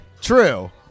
True